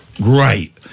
Great